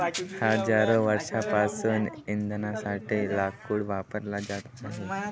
हजारो वर्षांपासून इंधनासाठी लाकूड वापरला जात आहे